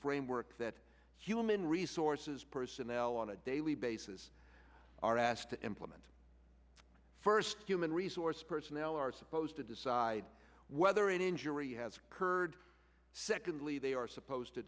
framework that human resources personnel on a daily basis are asked to implement first human resource personnel are supposed to decide whether an injury has occurred secondly they are supposed to